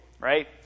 right